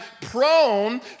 prone